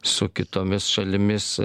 su kitomis šalimis